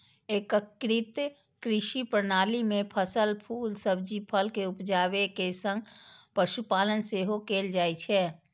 एकीकृत कृषि प्रणाली मे फसल, फूल, सब्जी, फल के उपजाबै के संग पशुपालन सेहो कैल जाइ छै